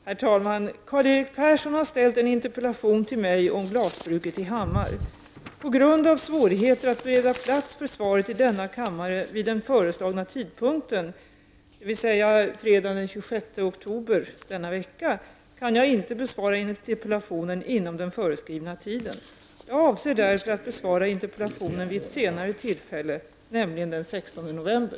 Herr talman! Karl-Erik Persson har ställt en interpellation till mig om glasbruket i Hammar. På grund av svårigheter att bereda plats för svaret i denna kammare vid den föreslagna tidpunkten, dvs. fredagen den 26 oktober denna vecka, kan jag inte besvara interpellationen inom den föreskrivna tiden. Jag avser därför att besvara den vid ett senare tillfälle, nämligen den 16 november.